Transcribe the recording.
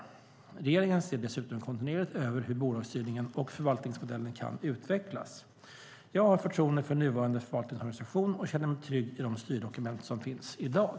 Regeringen ser dessutom kontinuerligt över hur bolagsstyrningen och förvaltningsmodellen kan utvecklas. Jag har förtroende för nuvarande förvaltningsorganisation och känner mig trygg i de styrdokument som finns i dag.